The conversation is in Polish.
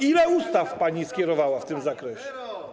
ile ustaw pani skierowała w tym zakresie.